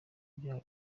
bya